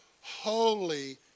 Holy